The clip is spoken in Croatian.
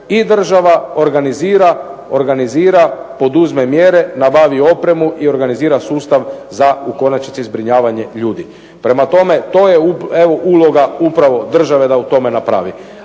i država organizira, poduzme mjere, nabavi opremu i organizira sustav za u konačnici zbrinjavanje ljudi. Prema tome, to je uloga upravo države da u tome napravi,